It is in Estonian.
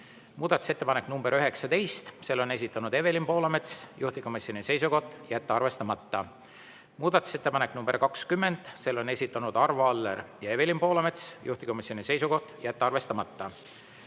Muudatusettepanek nr 19, selle on esitanud Evelin Poolamets, juhtivkomisjoni seisukoht: jätta arvestamata. Muudatusettepanek nr 20, selle on esitanud Arvo Aller ja Evelin Poolamets, juhtivkomisjoni seisukoht: jätta arvestamata.